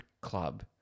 club